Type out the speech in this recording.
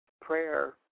prayer